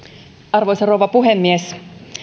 arvoisa rouva puhemies